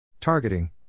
Targeting